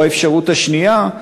או האפשרות השנייה,